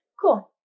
cool